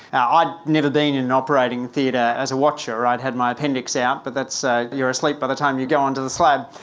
ah i'd never been in an operating theatre as a watcher. i'd had my appendix out but ah you're asleep by the time you go onto the slab.